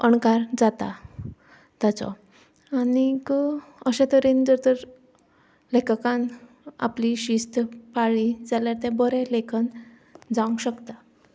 अणकार जाता ताजो आनी अशे तरेन जर तर लेखकान आपली शिस्त पाळ्ळी जाल्यार तें बरें लेखन जावंक शकता